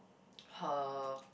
her